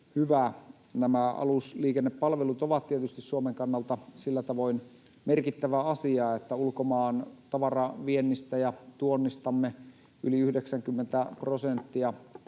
Nämä alusliikennepalvelut ovat tietysti Suomen kannalta sillä tavoin merkittävä asia, että ulkomaan tavaraviennistämme ja ‑tuonnistamme yli 90 prosenttia